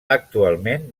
actualment